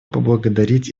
поблагодарить